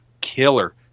killer